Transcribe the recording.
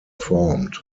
formed